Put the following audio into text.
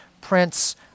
prince